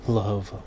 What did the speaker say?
love